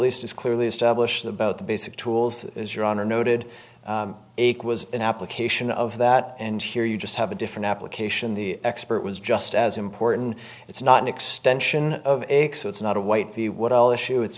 least is clearly established about the basic tools as your honor noted ake was an application of that and here you just have a different application the expert was just as important it's not an extension of x so it's not a white the what i'll issue it's